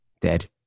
dead